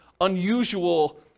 unusual